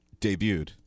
debuted